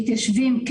המתיישבים